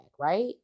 Right